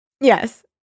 Yes